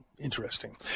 interesting